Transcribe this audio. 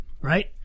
right